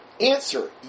Answer